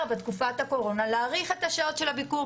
בתקופת הקורונה להאריך את השעות של הביקור,